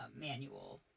manual